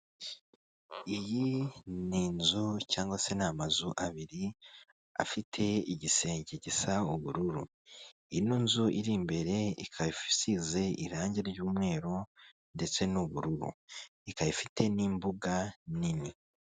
Iyi ni inzu cyangwa se ni amazu abiri afite igisenge gisa ubururu, ino nzu iri imbere ika isize irangi ry'umweru ndetse n'ubururu ikaba ifite n'imbuga nini.